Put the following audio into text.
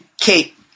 Kate